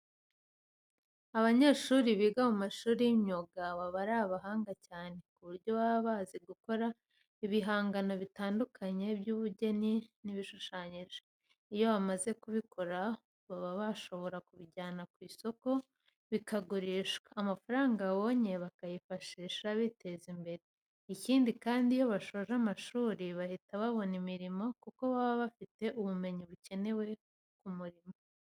Abanyeshuri biga mu mashuri y'imyuga baba ari abahanga cyane ku buryo baba bazi gukora ibihangano bitandukanye by'ubugeni bishushanyije. Iyo bamaze kubikora baba bashobora kubijyana ku isoko bikagurishwa, amafaranga babonye bakayifashisha biteza imbere. Ikindi kandi, iyo basoje amashuri bahita babona imirimo kuko baba bafite ubumenyi bukenewe ku murimo.